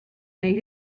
made